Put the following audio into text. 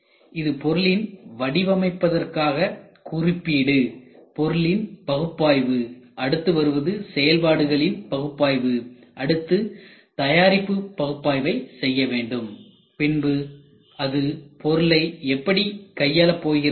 இது பொருளின் வடிவமைப்பதற்கான குறிப்பீடு பொருளின் பகுப்பாய்வு அடுத்து வருவது செயல்பாடுகளின் பகுப்பாய்வு அடுத்து தயாரிப்பு பகுப்பாய்வை செய்யவேண்டும் பின்பு அது பொருளை எப்படி கையாளப் போகிறார்கள்